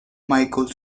michael